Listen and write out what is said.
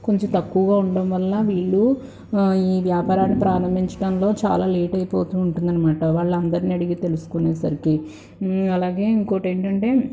కొంచం తక్కువగా ఉండడం వల్ల వీళ్ళు ఈ వ్యాపారాలు ప్రారంభించటంలో చాలా లేట్ అయిపోతూ ఉంటుంది అనమాట వాళ్ళందరిని అడిగి తెలుసుకునేసరికి అలాగే ఇంకోటేంటంటే